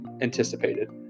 anticipated